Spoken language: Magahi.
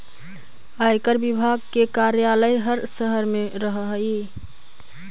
आयकर विभाग के कार्यालय हर शहर में रहऽ हई